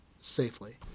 safely